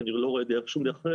כי אני לא רואה שום דרך אחרת.